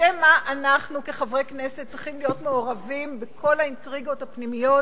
לשם מה אנחנו כחברי הכנסת צריכים להיות מעורבים בכל האינטריגות הפנימיות